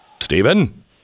Stephen